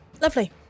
Lovely